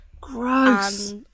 gross